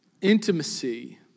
Intimacy